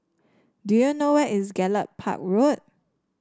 do you know where is Gallop Park Road